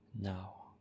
Now